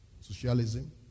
Socialism